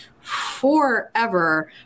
forever